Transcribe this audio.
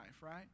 Right